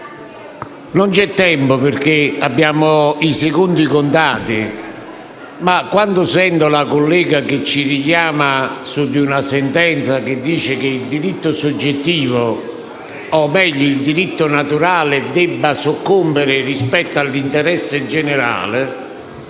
non c'è tempo perché abbiamo i secondi contati. Sento la collega che ci richiama ad una sentenza che dice che il diritto soggettivo, o meglio il diritto naturale, deve soccombere rispetto all'interesse generale;